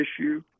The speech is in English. issue